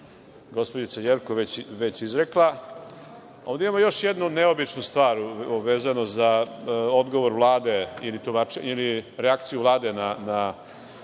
gospođica Jerkov već izrekla, ovde imamo još jednu neobičnu stvar vezano za odgovor Vlade, ili reakciju Vlade na